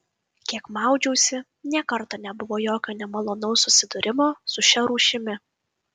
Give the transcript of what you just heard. kiek maudžiausi nė karto nebuvo jokio nemalonaus susidūrimo su šia rūšimi